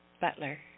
Butler